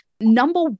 number